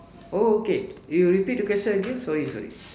oh okay you repeat the question again sorry sorry